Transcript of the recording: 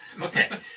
Okay